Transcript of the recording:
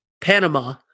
Panama